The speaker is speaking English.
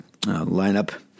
lineup